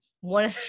one